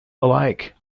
alike